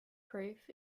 proof